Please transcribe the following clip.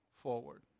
forward